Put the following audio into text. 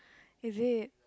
is it